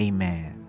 Amen